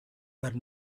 were